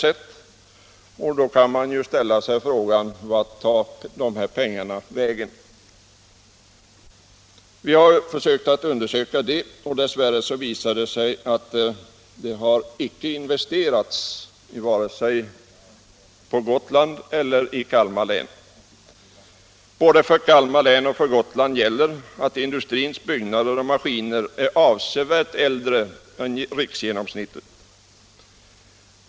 Då kan man ställa frågan: Vart har dessa pengar tagit vägen? Vi har försökt att klara ut det och dess värre visar det sig att de inte har investerats vare sig på Gotland eller i Kalmar län. För både Kalmar län och Gotland gäller att industrins byggnader och maskiner är avsevärt äldre än riksgenomsnittet.